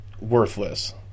worthless